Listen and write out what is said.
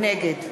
נגד